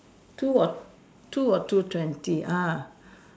two or two or two twenty ah